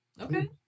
Okay